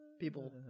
people